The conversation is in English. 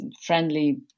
friendly